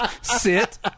sit